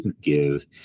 give